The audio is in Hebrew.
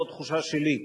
לא התחושה שלי,